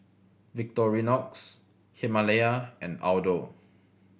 Victorinox Himalaya and Aldo